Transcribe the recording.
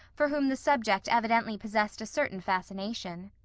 for whom the subject evidently possessed a certain fascination.